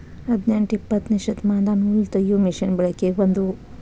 ಹದನೆಂಟ ಇಪ್ಪತ್ತನೆ ಶತಮಾನದಾಗ ನೂಲತಗಿಯು ಮಿಷನ್ ಬೆಳಕಿಗೆ ಬಂದುವ